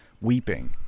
weeping